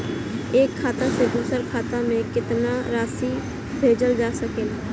एक खाता से दूसर खाता में केतना राशि भेजल जा सके ला?